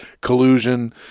collusion